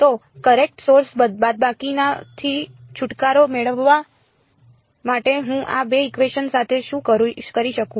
તો current source બાદબાકીના થી છુટકારો મેળવવા માટે હું આ બે ઇકવેશન સાથે શું કરી શકું